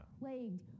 Plagued